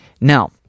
Now